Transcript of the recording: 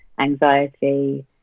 anxiety